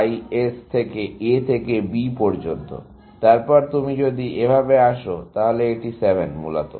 S থেকে A থেকে B পর্যন্ত তারপর আপনি যদি এভাবে আসেন তাহলে এটি 7 মূলত